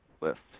list